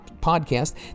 podcast